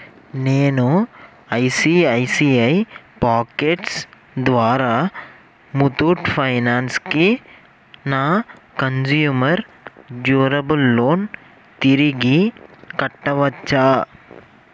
నేను ICICI pockets ద్వారా ముతూట్ ఫైనాన్స్కి నా కంజ్యూమర్ డ్యూరబుల్ లోన్ తిరిగి కట్టవచ్చా